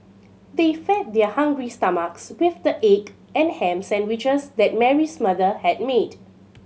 they fed their hungry stomachs with the egg and ham sandwiches that Mary's mother had made